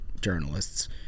journalists